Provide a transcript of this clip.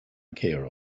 care